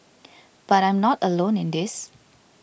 but I'm not alone in this